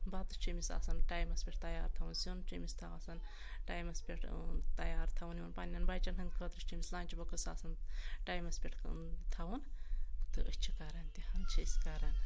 بَتہٕ چھِ أمِس آسان ٹایمَس پؠٹھ تیار تھاوُن سیُن چھُ أمِس تھا آسان ٹایمَس پؠٹھ تیار تھاوُن یِمَن پننؠن بَچن ہٕنٛدۍ خٲطرٕ چھِ أمِس لنٛچ بوٚکٕس آسان ٹایمَس پؠٹھ تھاوُن تہٕ أسۍ چھِ کران تِہٕن چھِ أسۍ کَران